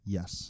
Yes